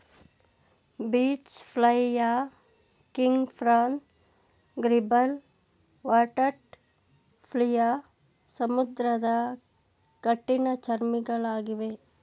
beach flea, king prawn, gribble, water flea ಸಮುದ್ರದ ಕಠಿಣ ಚರ್ಮಿಗಳಗಿವೆ